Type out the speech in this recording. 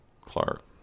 Clark